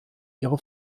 ihre